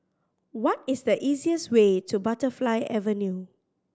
what is the easiest way to Butterfly Avenue